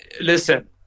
Listen